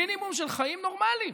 מינימום של חיים נורמליים.